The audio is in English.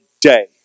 day